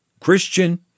Christian